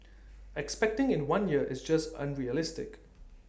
expecting in one year is just unrealistic